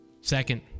Second